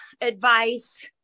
advice